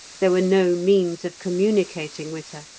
there were no means of communicating with her.